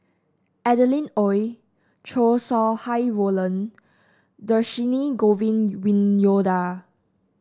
Adeline Ooi Chow Sau Hai Roland Dhershini Govin Winyoda